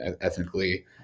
ethnically